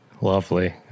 Lovely